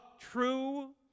true